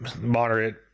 moderate